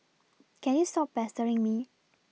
can you stop pestering me